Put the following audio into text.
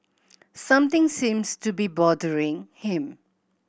something seems to be bothering him